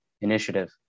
initiative